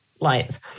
lights